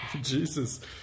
Jesus